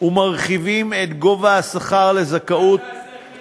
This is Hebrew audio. ומעלים את גובה השכר לזכאות,